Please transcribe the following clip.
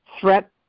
threat